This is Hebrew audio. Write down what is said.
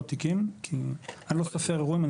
אני לא סופר אירועים,